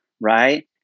right